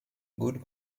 good